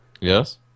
Yes